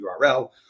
URL